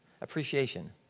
Appreciation